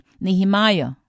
Nehemiah